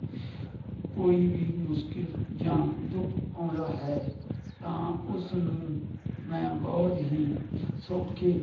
ਕੋਈ ਵੀ ਮੁਸ਼ਕਲ ਜਾਂ ਦੁੱਖ ਆਉਂਦਾ ਹੈ ਤਾਂ ਉਸ ਨੂੰ ਮੈਂ ਬਹੁਤ ਹੀ ਸੌਖੇ